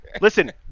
Listen